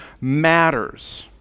matters